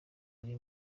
ari